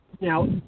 Now